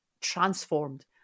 transformed